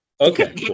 Okay